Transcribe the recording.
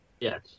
Yes